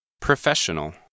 Professional